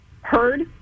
heard